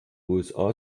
usa